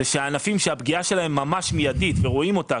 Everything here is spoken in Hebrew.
הוא שענפים שהפגיעה שלהם היא ממש מיידית ורואים אותה,